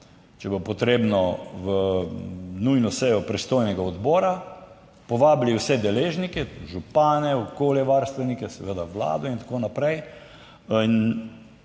če bo potrebno v nujno sejo pristojnega odbora, povabili vse deležnike, župane, okoljevarstvenike seveda Vlado in tako naprej